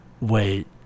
wait